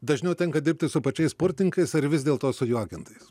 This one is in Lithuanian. dažniau tenka dirbti su pačiais sportininkais ar vis dėlto su juo agentais